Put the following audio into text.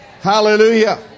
Hallelujah